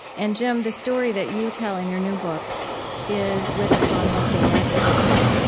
and jim, the story that you tell in your new book is with a prominent gay activist.